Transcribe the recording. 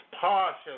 partially